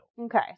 Okay